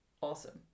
awesome